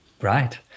Right